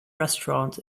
restaurant